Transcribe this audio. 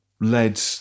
led